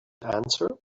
answer